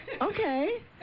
Okay